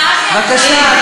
בבקשה.